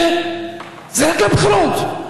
וזה רק לבחירות.